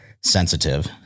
sensitive